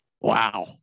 wow